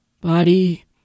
body